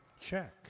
check